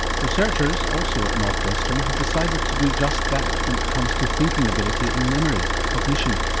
researchers, also at northwestern, have decided to do just that when it comes to thinking ability and memory, cognition.